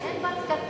כשאין בה תקנים,